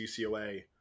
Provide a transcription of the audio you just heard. UCLA